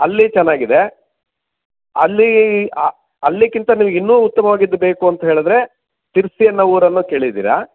ಅಲ್ಲಿ ಚೆನ್ನಾಗಿದೆ ಅಲ್ಲಿ ಅಲ್ಲಿಗಿಂತ ನಿಮಗಿನ್ನೂ ಉತ್ತಮವಾಗಿದ್ದು ಬೇಕು ಅಂತ ಹೇಳಿದರೆ ಶಿರಸಿ ಅನ್ನೋ ಊರನ್ನು ಕೇಳಿದ್ದೀರಾ